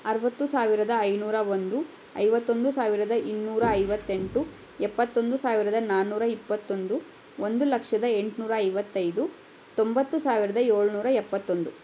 ಅರವತ್ತು ಸಾವಿರದ ಐನೂರ ಒಂದು ಐವತ್ತೊಂದು ಸಾವಿರದ ಇನ್ನೂರ ಐವತ್ತೆಂಟು ಎಪ್ಪತ್ತೊಂದು ಸಾವಿರದ ನಾನೂರ ಇಪ್ಪತ್ತೊಂದು ಒಂದು ಲಕ್ಷದ ಎಂಟುನೂರ ಐವತ್ತೈದು ತೊಂಬತ್ತು ಸಾವಿರದ ಏಳ್ನೂರ ಎಪ್ಪತ್ತೊಂದು